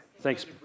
Thanks